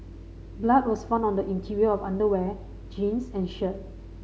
blood was found on the interior of underwear jeans and shirt